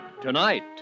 Tonight